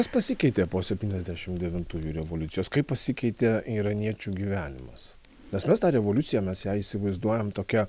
kas pasikeitė po septyniasdešim devintųjų revoliucijos kaip pasikeitė iraniečių gyvenimas nes mes tą revoliuciją mes ją įsivaizduojam tokią